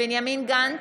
בני גנץ,